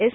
S